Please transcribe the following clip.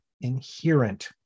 inherent